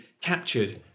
captured